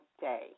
day